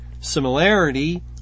similarity